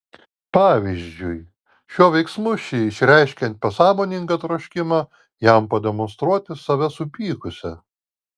pavyzdžiui šiuo veiksmu ši išreiškė pasąmoningą troškimą jam pademonstruoti save supykusią